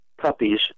puppies